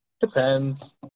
Depends